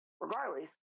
Regardless